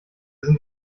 sind